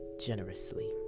generously